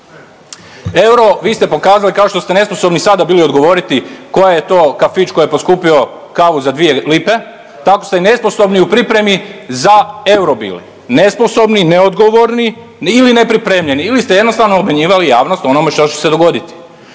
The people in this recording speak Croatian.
euro, vi ste pokazali kao što ste nesposobni bili sada odgovoriti koja je to kafić koji je poskupio kavu za dvije lipe, tako ste i nesposobni u pripremi za euro bili. Nesposobni i neodgovorni ili nepripremljeni ili ste jednostavno obmanjivali javnost o onome što će se dogoditi.